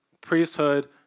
priesthood